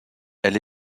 elle